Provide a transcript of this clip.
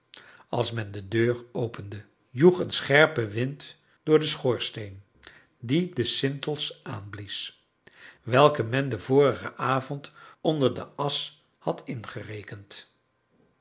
als men de deur opende joeg een scherpe wind door den schoorsteen die de sintels aanblies welke men den vorigen avond onder de asch had ingerekend